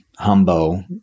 humbo